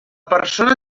persona